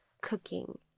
cooking